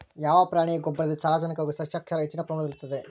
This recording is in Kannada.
ಯಾವ ಪ್ರಾಣಿಯ ಗೊಬ್ಬರದಲ್ಲಿ ಸಾರಜನಕ ಹಾಗೂ ಸಸ್ಯಕ್ಷಾರ ಹೆಚ್ಚಿನ ಪ್ರಮಾಣದಲ್ಲಿರುತ್ತದೆ?